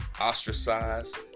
ostracized